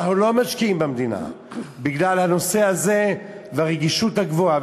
אנחנו לא משקיעים במדינה בגלל הנושא הזה והרגישות הגבוהה.